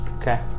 Okay